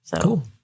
Cool